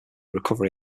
recovery